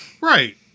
right